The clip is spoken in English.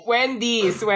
Wendy's